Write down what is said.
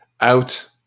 out